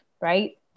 right